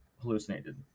hallucinated